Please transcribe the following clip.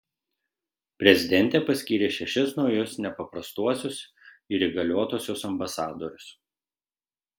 prezidentė paskyrė šešis naujus nepaprastuosius ir įgaliotuosiuos ambasadorius